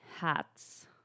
hats